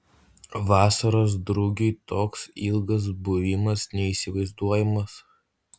vasaros drugiui toks ilgas buvimas neįsivaizduojamas